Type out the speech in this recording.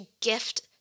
gift